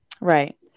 right